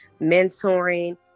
mentoring